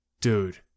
Dude